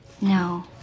No